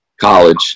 college